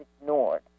ignored